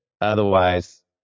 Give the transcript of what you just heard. Otherwise